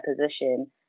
position